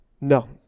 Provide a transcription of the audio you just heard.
No